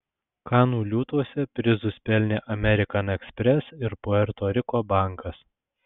kanų liūtuose prizus pelnė amerikan ekspres ir puerto riko bankas